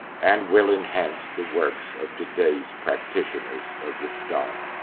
and will enhance the works of today's practitioners of the style.